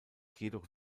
jedoch